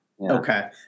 Okay